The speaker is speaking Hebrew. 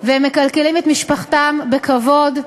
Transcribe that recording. ומכלכלים את משפחתם בכבוד.